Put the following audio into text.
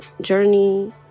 journey